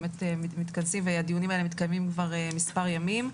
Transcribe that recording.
באמת מתכנסים והדיונים האלה מתקיימים כבר מספר ימים.